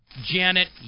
Janet